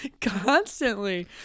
Constantly